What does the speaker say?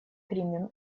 примем